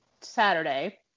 Saturday